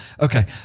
Okay